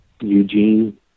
Eugene